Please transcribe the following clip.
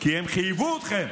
כי הם חייבו אתכם,